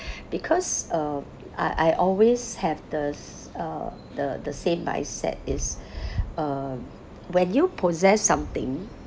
because uh I I always have the s~ uh the the same mindset is uh when you possess something